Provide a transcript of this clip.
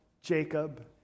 Jacob